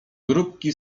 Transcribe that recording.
grupki